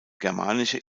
germanische